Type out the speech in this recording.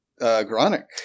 Gronik